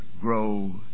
grow